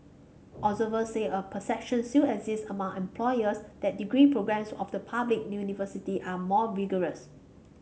observers said a perception still exists among employers that degree programmes of the public universities are more rigorous